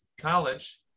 college